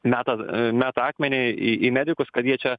meta meta akmenį į į medikus kad jie čia